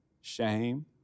shame